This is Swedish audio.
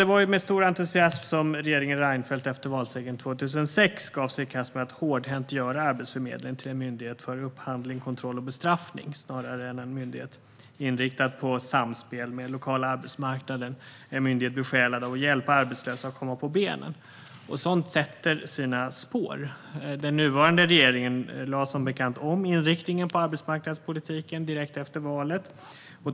Det var med stor entusiasm som regeringen Reinfeldt efter valsegern 2006 gav sig i kast med att hårdhänt göra Arbetsförmedlingen till en myndighet för upphandling, kontroll och bestraffning snarare än en myndighet inriktad på samspel med den lokala arbetsmarknaden och besjälad av att hjälpa arbetslösa att komma på benen. Sådant sätter sina spår. Den nuvarande regeringen lade, som bekant, om inriktningen på arbetsmarknadspolitiken direkt efter valet.